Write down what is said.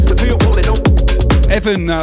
Evan